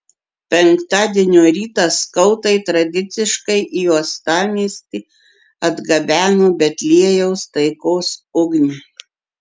penktadienio rytą skautai tradiciškai į uostamiestį atgabeno betliejaus taikos ugnį